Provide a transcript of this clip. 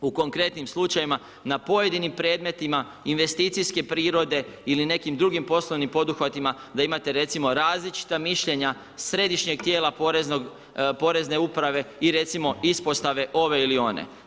U konkretnim slučajevima na pojedinim predmetima investicijske prirode ili nekim drugim poslovnim poduhvatima da imate recimo različita mišljenja središnjeg tijela porezne uprave i recimo ispostave ove ili one.